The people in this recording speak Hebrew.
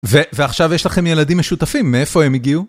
ו... ועכשיו יש לכם ילדים משותפים, מאיפה הם הגיעו?